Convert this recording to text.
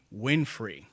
Winfrey